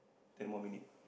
ten more minute